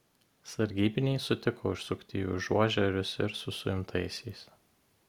sargybiniai sutiko užsukti į užuožerius ir su suimtaisiais